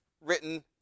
written